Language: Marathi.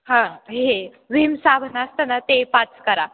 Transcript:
हां हे व्हीम साबण असताना ते पाच करा